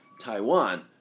Taiwan